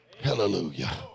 hallelujah